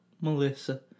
Melissa